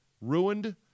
ruined